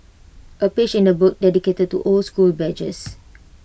A page in the book dedicated to old school badges